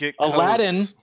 aladdin